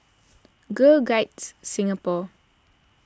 Girl Guides Singapore